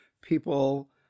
People